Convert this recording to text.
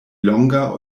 longa